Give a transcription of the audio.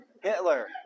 Hitler